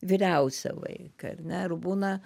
vyriausią vaiką ar ne ir būna